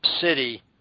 city